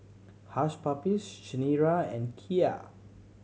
Hush Puppies Chanira and Kia